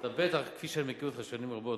כפי שאני מכיר אותך שנים רבות,